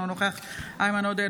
אינו נוכח איימן עודה,